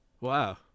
wow